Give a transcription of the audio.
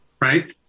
Right